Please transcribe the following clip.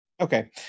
Okay